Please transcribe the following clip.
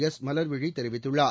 S Malarvizhi தெரிவித்துள்ளார்